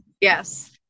Yes